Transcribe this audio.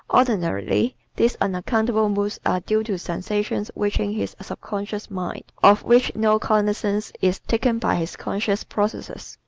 ordinarily these unaccountable moods are due to sensations reaching his subconscious mind, of which no cognizance is taken by his conscious processes.